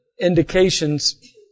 indications